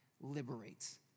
liberates